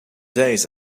days